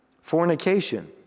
fornication